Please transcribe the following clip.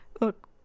Look